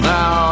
Now